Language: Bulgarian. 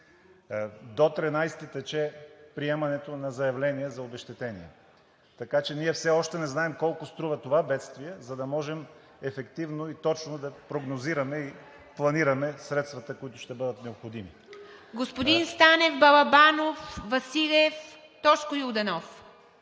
До 13-и тече приемането на заявления за обезщетения, така че ние все още не знаем колко струва това бедствие, за да можем ефективно и точно да прогнозираме и планираме средствата, които ще бъдат необходими.